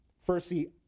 Firstly